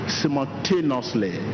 simultaneously